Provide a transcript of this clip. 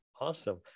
Awesome